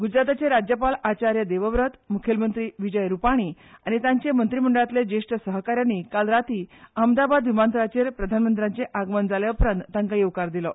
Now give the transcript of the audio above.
ग्रुजराताचे राज्यपाल आचार्य देवव्रत मुखेलमंत्री विजय रुपानी आनी तांच्या मंत्रीमंडळांतले वांगड्यांनी काल राती अहमदाबाद विमानतळाचेर प्रधानमंत्र्याचे आगमन जाले उपरांत तांकां येवकार दिलो